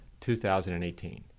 2018